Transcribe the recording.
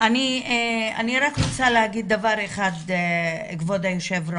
אני רק רוצה להגיד דבר אחד, כבוד היו"ר,